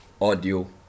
audio